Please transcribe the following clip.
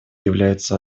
является